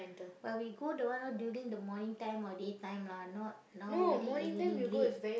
but we go the one during the morning time or day time lah not now already evening late